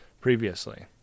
previously